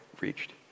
reached